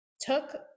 took